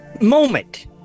moment